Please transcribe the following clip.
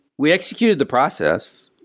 we executed the process.